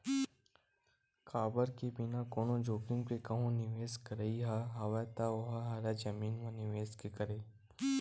काबर के बिना कोनो जोखिम के कहूँ निवेस करई ह हवय ता ओहा हरे जमीन म निवेस के करई